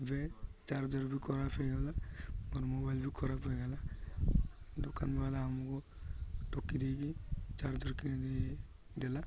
ଏବେ ଚାର୍ଜର୍ ବି ଖରାପ ହୋଇଗଲା ମୋର ମୋବାଇଲ୍ ବି ଖରାପ ହୋଇଗଲା ଦୋକାନବାଲା ଆମକୁ ଠକି ଦେଇକି ଚାର୍ଜର୍ କିଣିଦେ ଦେଲା